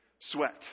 Sweat